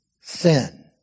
sin